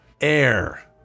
air